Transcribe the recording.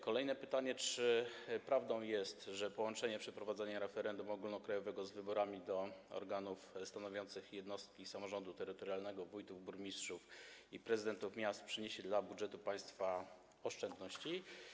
Kolejne pytanie: Czy prawdą jest, że połączenie przeprowadzenia referendum ogólnokrajowego z wyborami do organów stanowiących jednostek samorządu terytorialnego, wyborami wójtów, burmistrzów i prezydentów miast, przyniesie dla budżetu państwa oszczędności?